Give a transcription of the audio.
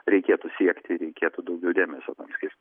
reikėtų siekti reikėtų daugiau dėmesio tam skirt